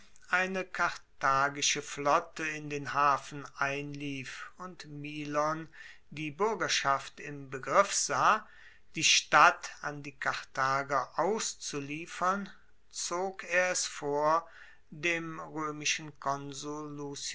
eine karthagische flotte in den hafen einlief und milon die buergerschaft im begriff sah die stadt an die karthager auszuliefern zog er es vor dem roemischen konsul